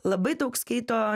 labai daug skaito